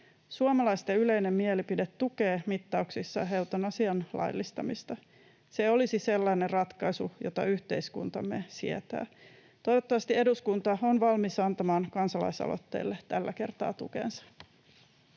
Suomalaisten yleinen mielipide tukee mittauksissa eutanasian laillistamista. Se olisi sellainen ratkaisu, jota yhteiskuntamme sietää. Toivottavasti eduskunta on valmis antamaan kansalaisaloitteelle tällä kertaa tukensa.